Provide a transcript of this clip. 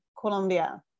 Colombia